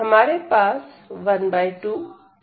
हमारे पास 1 2 dy है